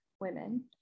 women